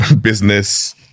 business